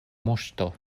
moŝto